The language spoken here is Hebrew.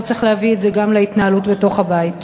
לא צריך להביא את זה גם להתנהלות בתוך הבית.